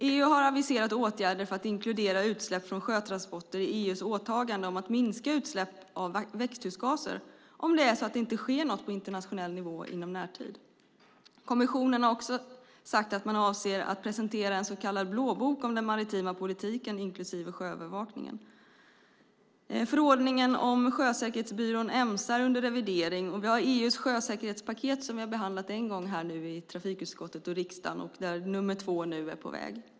EU har aviserat åtgärder för att inkludera utsläpp från sjötransporter i EU:s åtagande om att minska utsläpp av växthusgaser, om det inte sker något på internationell nivå i närtid. Kommissionen har sagt att man avser att presentera en så kallad blåbok om den maritima politiken inklusive sjöövervakningen. Förordningen om sjösäkerhetsbyrån Emsa är under revidering. EU:s sjösäkerhetspaket har vi behandlat en gång i trafikutskottet och i riksdagen, och ett andra paket är nu på väg.